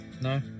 No